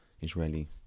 Israeli